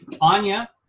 Anya